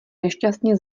nešťastně